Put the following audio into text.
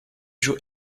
joue